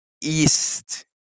East